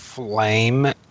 flame